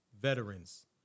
veterans